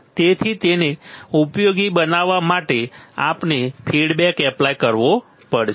તેથી તેને ઉપયોગી બનાવવા માટે આપણે ફીડબેક એપ્લાય કરવો પડશે